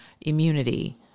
immunity